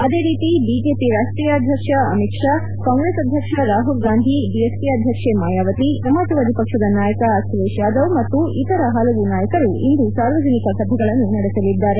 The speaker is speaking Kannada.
ಅದೇ ರೀತಿ ಬಿಜೆಪಿ ರಾಷ್ಷೀಯ ಅಧ್ಯಕ್ಷ ಅಮಿತ್ ಷಾ ಕಾಂಗ್ರೆಸ್ ಅಧ್ಯಕ್ಷ ರಾಹುಲ್ ಗಾಂಧಿ ಬಿಎಸ್ಪಿ ಅಧ್ಯಕ್ಷೆ ಮಾಯಾವತಿ ಸಮಾಜವಾದಿ ಪಕ್ಷದ ನಾಯಕ ಅಖಿಲೇಶ್ ಯಾದವ್ ಮತ್ತು ಇತರ ಹಲವು ನಾಯಕರು ಇಂದು ಸಾರ್ವಜನಿಕ ಸಭೆಗಳನ್ನು ನಡೆಸಲಿದ್ದಾರೆ